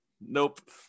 Nope